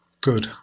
good